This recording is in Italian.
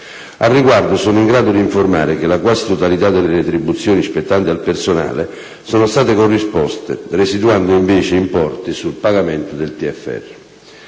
Al riguardo, sono in grado di informare che la quasi totalità delle retribuzioni spettanti al personale sono state corrisposte, residuando invece importi sul pagamento del TFR.